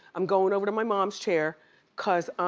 i'm going over to my mom's chair cause